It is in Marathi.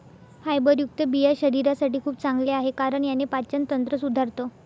फायबरयुक्त बिया शरीरासाठी खूप चांगल्या आहे, कारण याने पाचन तंत्र सुधारतं